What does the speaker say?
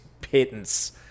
pittance